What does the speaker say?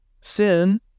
sin